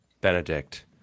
Benedict